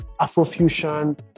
Afrofusion